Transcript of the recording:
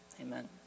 amen